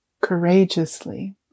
courageously